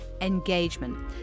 engagement